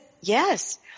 yes